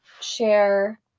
share